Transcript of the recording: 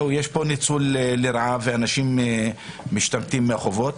יש פה ניצול לרעה ואנשים משתמטים מהחובות,